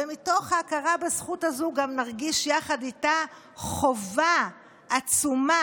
ומתוך ההכרה בזכות הזו גם נרגיש יחד איתה חובה עצומה